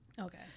Okay